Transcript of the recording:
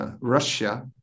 Russia